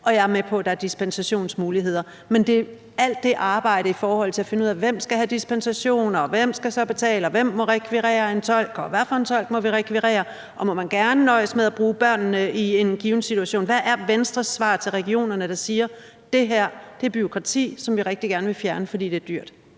Jeg er med på, at der er dispensationsmuligheder, men så er der en masse arbejde i forhold til at finde ud af, hvem der skal have dispensation, hvem der så skal betale, hvem der må rekvirere en tolk, hvad for en tolk man må rekvirere, og om man gerne må nøjes med at bruge børnene som tolke i en given situation. Hvad er Venstres svar til regionerne, der siger, at det her er bureaukrati, som de rigtig gerne vil have fjernet, fordi det er dyrt?